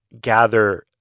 gather